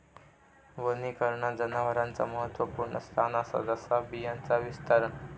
वनीकरणात जनावरांचा महत्त्वपुर्ण स्थान असा जसा बियांचा विस्तारण